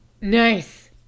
Nice